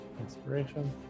inspiration